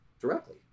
directly